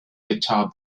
guitar